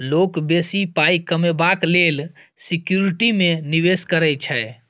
लोक बेसी पाइ कमेबाक लेल सिक्युरिटी मे निबेश करै छै